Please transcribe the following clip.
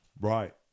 Right